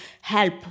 help